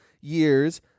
years